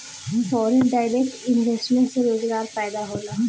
foreign direct investment से रोजगार पैदा होला